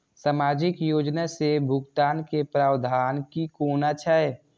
सामाजिक योजना से भुगतान के प्रावधान की कोना छै?